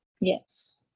Yes